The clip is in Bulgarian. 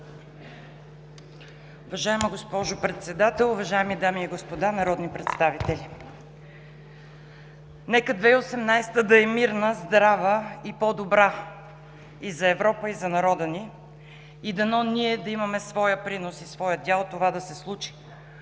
Уважаема госпожо Председател, уважаеми дами и господа народни представители! Нека 2018-а да е мирна, здрава и по-добра – и за Европа, и за народа ни, и дано ние да имаме своя принос и своя дял това да се случи,